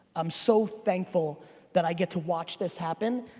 i'm so thankful that i get to watch this happen.